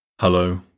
hello